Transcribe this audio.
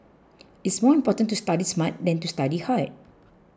it is more important to study smart than to study hard